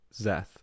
Zeth